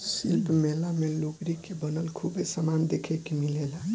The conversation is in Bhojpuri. शिल्प मेला मे लुगरी के बनल खूबे समान देखे के मिलेला